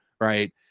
right